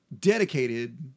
dedicated